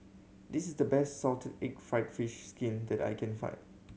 this is the best salted egg fried fish skin that I can find